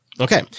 Okay